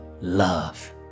love